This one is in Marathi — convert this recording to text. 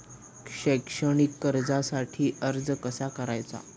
शैक्षणिक कर्जासाठी अर्ज कसा करायचा?